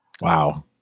Wow